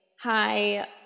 hi